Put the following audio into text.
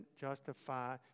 justify